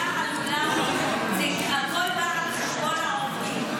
זה הכול בא על חשבון העובדים.